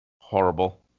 Horrible